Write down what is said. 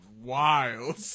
wild